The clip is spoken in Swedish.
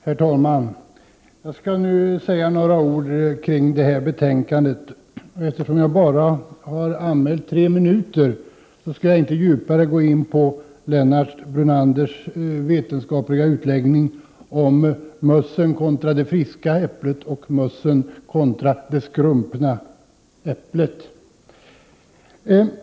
30 november 1988 = Herr talman! Jag skall säga några ord om detta betänkande. Eftersom jag bara anmält en taletid på tre minuter, skall jäg inte gå djupare in på Lennart Brunanders vetenskapliga utläggning om mössen kontra det friska äpplet och mössen kontra det skrumpna äpplet.